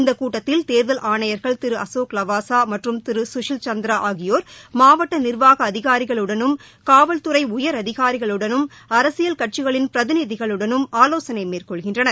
இந்த கூட்டத்தில் தேர்தல் ஆணையர்கள் திரு அசோக் லவாசா மற்றும் திரு சுசில் சந்த்ரா ஆகியோர் மாவட்ட நிர்வாக அதிகாரிகளுடனும் காவல்துறை உயரதிகாரிகளுடனும் அரசியல் கட்சிகளின் பிரதிநிதிகளுடனும் ஆலோசனை மேற்கொள்கின்றனர்